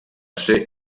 ser